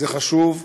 זה חשוב,